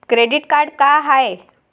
Credit card का हाय?